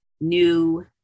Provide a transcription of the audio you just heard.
new